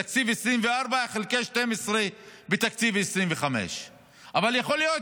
תקציב 2024 חלקי 12 כתקציב 2025. אבל יכול להיות